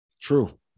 True